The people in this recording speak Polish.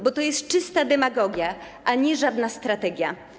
Bo to jest czysta demagogia, a nie żadna strategia.